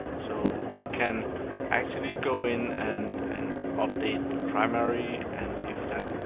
so, we can actually go in and and update the primary, and if that